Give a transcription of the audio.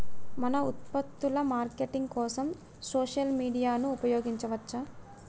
మన ఉత్పత్తుల మార్కెటింగ్ కోసం సోషల్ మీడియాను ఉపయోగించవచ్చా?